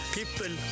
people